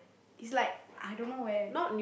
it's like I don't know where